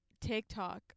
TikTok